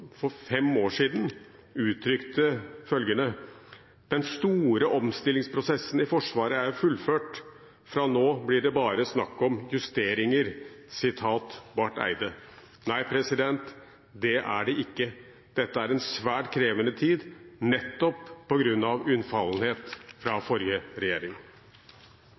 for fem år siden uttrykte at «den store omstillingsprosessen i Forsvaret er sluttført. Fra nå av blir det mer snakk om justeringer» – sitat Barth Eide. Nei, det er det ikke. Dette er en svært krevende tid nettopp på grunn av unnfallenhet fra forrige regjering.